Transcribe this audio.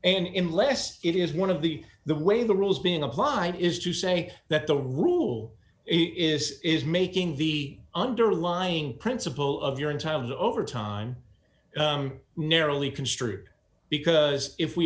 and in less it is one of the the way the rules being applied is to say that the rule is is making the underlying principle of your in times over time narrowly construed because if we